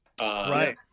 Right